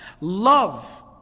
love